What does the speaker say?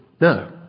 No